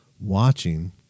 watching